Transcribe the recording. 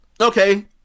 Okay